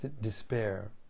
despair